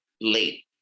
late